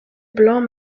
blanc